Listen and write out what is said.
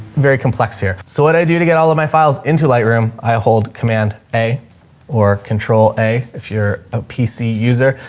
very complex here. so what i do to get all of my files into light room, i hold command a or control a, if you're a pc user,